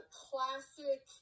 classic